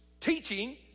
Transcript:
teaching